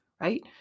right